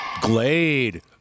Glade